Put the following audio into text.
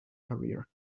career